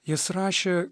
jis rašė